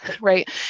right